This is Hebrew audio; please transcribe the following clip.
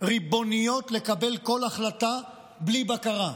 ריבוניות לקבל כל החלטה בלי בקרה.